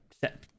set